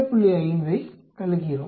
5 ஐக் கழிக்கிறோம்